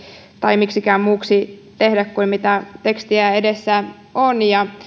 tai miksikään muuksi tehdä kuin mitä tekstiä edessä on